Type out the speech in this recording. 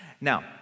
Now